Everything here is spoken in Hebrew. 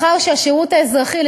מאחר שהשירות האזרחי,